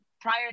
prior